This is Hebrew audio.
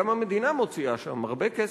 גם המדינה מוציאה שם הרבה כסף,